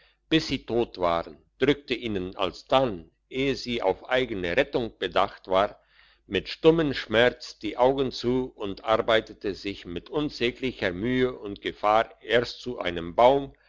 bis sie tot waren drückte ihnen alsdann eh sie auf eigene rettung bedacht war mit stummem schmerz die augen zu und arbeitete sich mit unsäglicher mühe und gefahr erst zu einem baum